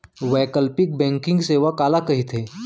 वैकल्पिक बैंकिंग सेवा काला कहिथे?